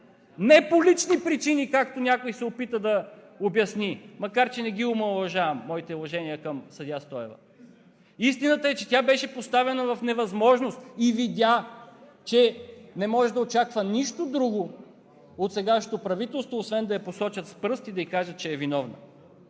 Не по лични причини, както някой се опита да обясни, макар че не ги омаловажавам – моите уважения към съдия Стоева. Истината е, че тя беше поставена в невъзможност, и видя, че не може да очаква нищо друго от сегашното правителство, освен да я посочат с пръст и да ѝ кажат, че е виновна.